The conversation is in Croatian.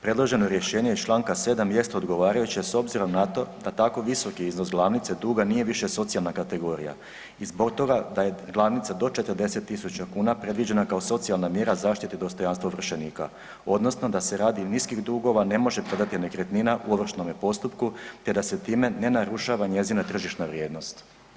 Predloženo rješenje iz čl. 7. jest odgovarajuće s obzirom na to da tako visoki iznos glavnice duga nije više socijalna kategorija i zbog toga da je glavnica do 40.000 kuna predviđena kao socijalna mjera zaštite dostojanstva ovršenika odnosno da se radi niskih dugova ne može prodati nekretnina u ovršnome postupku te da se time ne narušava njezina tržišna vrijednost.